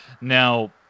Now